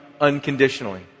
unconditionally